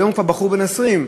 היום הוא כבר בחור בן 20,